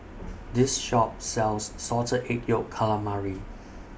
This Shop sells Salted Egg Yolk Calamari